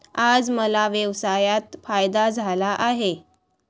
आज मला व्यवसायात फायदा झाला आहे